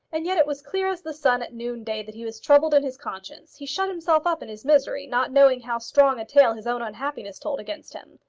and yet it was clear as the sun at noonday that he was troubled in his conscience. he shut himself up in his misery, not knowing how strong a tale his own unhappiness told against him.